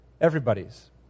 everybody's